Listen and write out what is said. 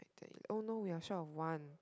eight nine ten eleven oh no we are short of one